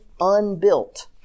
unbuilt